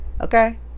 okay